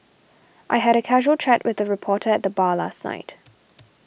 I had a casual chat with a reporter at the bar last night